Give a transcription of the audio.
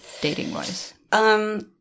dating-wise